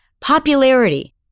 Popularity